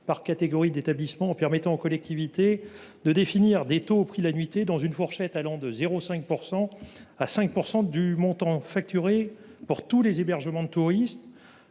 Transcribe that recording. par catégorie d’établissement, afin que les collectivités puissent définir des taux selon le prix de la nuitée, dans une fourchette allant de 0,5 % à 5 % du montant facturé pour tous les hébergements de tourisme.